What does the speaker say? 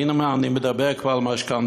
ואם אני כבר מדבר על משכנתאות,